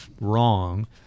wrong